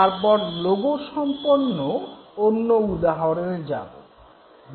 তারপর লোগোসম্পন্ন অন্য উদাহরণে যাব